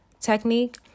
Technique